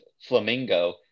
flamingo